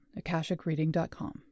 akashicreading.com